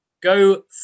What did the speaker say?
Go